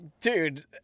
dude